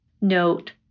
Note